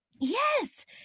Yes